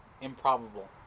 improbable